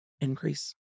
increase